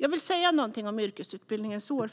Låt mig säga något om yrkesutbildningens år.